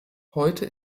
heute